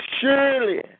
Surely